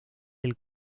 del